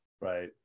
Right